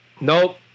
Nope